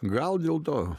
gal dėl to